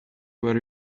where